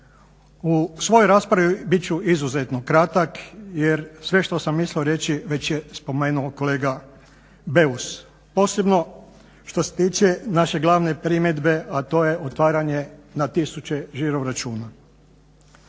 U svojoj raspravi bit ću izuzetno kratak jer sve što sam mislio reći već je spomenuo kolega Beus, posebno što se tiče naše glavne primjedbe, a to je otvaranje na tisuće žiroračuna.